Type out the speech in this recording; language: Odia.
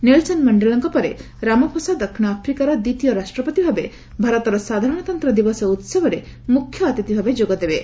ନେଲସନ୍ ମଣ୍ଡେଲାଙ୍କ ପରେ ରାମାଫୋସା ଦକ୍ଷିଣ ଆଫ୍ରିକାର ଦ୍ୱିତୀୟ ରାଷ୍ଟ୍ରପତି ଭାବେ ଭାରତର ସାଧାରଣତନ୍ତ ଦିବସ ଉତ୍ସବରେ ମ୍ରଖ୍ୟ ଅତିଥି ଭାବେ ଯୋଗ ଦେବେ